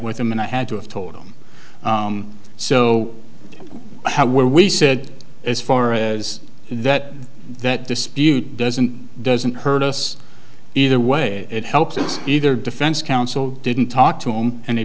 with him and i had to have told him so how were we said as far as that that dispute doesn't doesn't hurt us either way it helps us either defense counsel didn't talk to him and he